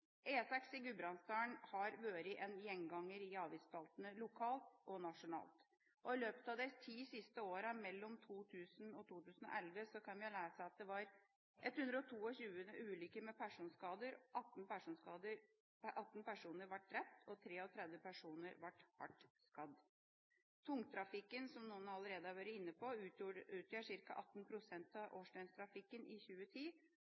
E6 i Gudbrandsdalen har vært en gjenganger i avisspaltene lokalt og nasjonalt. I løpet av de ti siste åra mellom 2000 og 2011 kan vi lese at det var 122 ulykker med personskade, 18 personer ble drept og 33 personer ble hardt skadd. Tungtrafikken, som noen allerede har vært inne på, utgjorde ca. 18 pst. av årsdøgntrafikken i 2010.